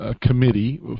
committee